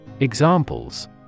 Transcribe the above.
Examples